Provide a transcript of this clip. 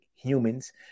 humans